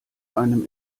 einem